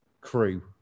crew